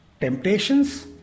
temptations